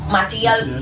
material